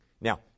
Now